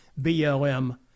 BLM